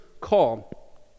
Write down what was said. call